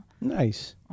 Nice